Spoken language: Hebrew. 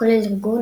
כולל ארגון,